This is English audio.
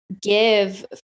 give